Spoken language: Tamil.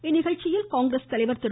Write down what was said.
இந்நிகழ்ச்சியில் காங்கிரஸ் தலைவர் திரு